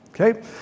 Okay